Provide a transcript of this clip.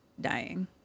dying